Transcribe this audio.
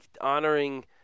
honoring –